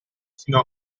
fino